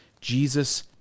Jesus